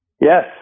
Yes